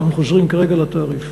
אנחנו חוזרים כרגע לתעריף,